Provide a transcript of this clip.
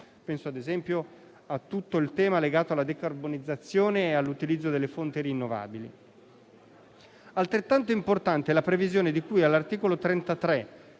Penso, ad esempio, a tutto il tema legato alla decarbonizzazione e all'utilizzo delle fonti rinnovabili. Altrettanto importante è la previsione di cui all'articolo 33,